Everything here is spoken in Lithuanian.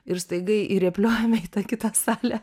ir staiga įrėpliojome į tą kitą salę